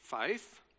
faith